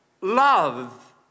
Love